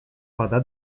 pada